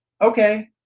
okay